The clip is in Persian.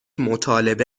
مطالبه